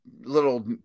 little